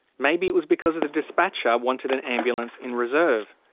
maybe it was because the dispatcher wanted an ambulance in reserve.